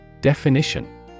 Definition